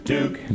Duke